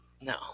no